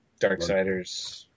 Darksiders